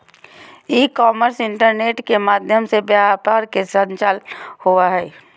ई commerce internet के माध्यम से व्यापार के संचालन होबा हइ